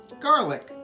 Garlic